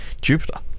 Jupiter